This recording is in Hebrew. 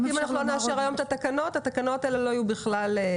אם לא נאשר היום את התקנות, הן לא יהיו בתוקף.